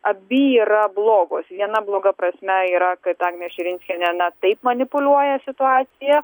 abi yra blogos viena bloga prasme yra kad agnė širinskienė na taip manipuliuoja situacija